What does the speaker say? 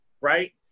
right